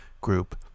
group